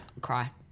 Cry